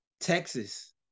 Texas